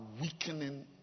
weakening